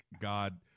God